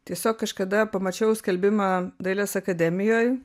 tiesiog kažkada pamačiau skelbimą dailės akademijoj